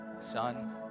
son